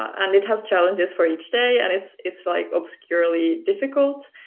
and it has challenges for each day, and it's it's like obscurely difficult,